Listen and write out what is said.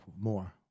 more